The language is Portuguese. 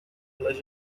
las